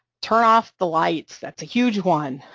turn off the lights, that's a huge one,